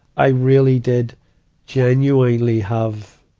i really did genuinely have,